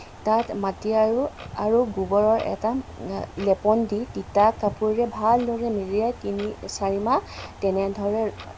তাত মাটি আৰু আৰু গোবৰ এটা লেপন দি তিতা কাপোৰেৰে ভাল দৰে মেৰিয়াই তিনি চাৰি মাহ তেনে দৰে